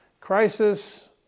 crisis